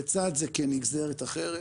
לצד זה כנגזרת אחרת